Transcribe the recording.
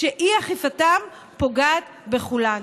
שאי-אכיפתם פוגעת בכולנו.